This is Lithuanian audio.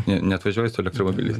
neatvažiavai su elektromobiliais